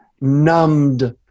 numbed